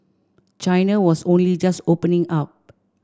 China was only just opening up